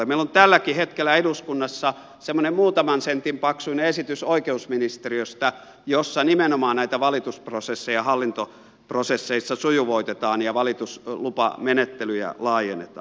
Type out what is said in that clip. meillä on tälläkin hetkellä eduskunnassa oikeusministeriöstä semmoinen muutaman sentin paksuinen esitys jossa nimenomaan näitä valitusprosesseja hallintoprosesseissa sujuvoitetaan ja valituslupamenettelyjä laajennetaan